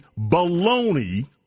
baloney